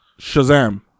Shazam